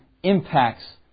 impacts